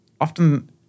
often